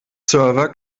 server